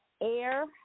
Air